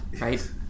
right